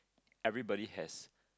everybody has